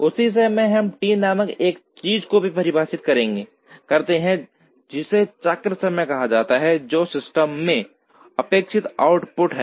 उसी समय हम T नामक एक चीज को भी परिभाषित करते हैं जिसे चक्र समय कहा जाता है जो सिस्टम से अपेक्षित आउटपुट है